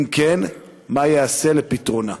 2. אם כן, מה ייעשה לפתרונה?